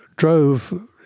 drove